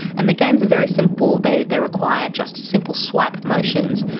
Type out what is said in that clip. and the games are very simple, they they require just simple swipe motions.